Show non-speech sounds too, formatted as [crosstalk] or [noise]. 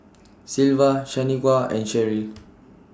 [noise] Sylva Shanequa and Sherrill